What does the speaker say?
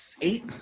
eight